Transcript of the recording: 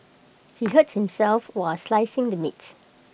he hurt himself while slicing the meat